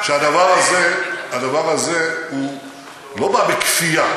שהדבר הזה לא בא בכפייה,